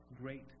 great